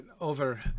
Over